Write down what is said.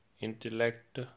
intellect